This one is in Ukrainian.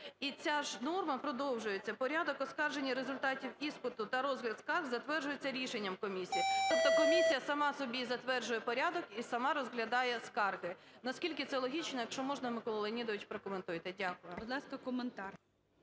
І ця ж норма продовжується: порядок оскарження результатів іспиту та розгляд скарг затверджується рішенням комісії. Тобто комісія сама собі затверджує порядок і сама розглядає скарги. Наскільки це логічно? Якщо можна, Миколо Леонідовичу, прокоментуйте. Дякую. ГОЛОВУЮЧИЙ. Будь ласка, коментар.